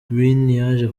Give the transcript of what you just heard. yaje